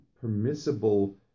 permissible